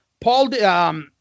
Paul